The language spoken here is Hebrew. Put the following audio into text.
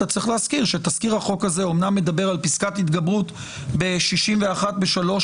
וצריך להזכיר שתזכיר החוק הזה אמנם מדבר על פסקת התגברות ב-61 בשלוש